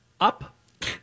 up